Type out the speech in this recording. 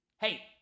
Hey